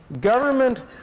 government